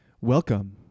welcome